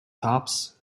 tops